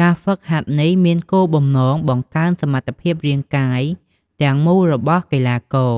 ការហ្វឹកហាត់នេះមានគោលបំណងបង្កើនសមត្ថភាពរាងកាយទាំងមូលរបស់កីឡាករ